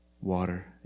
water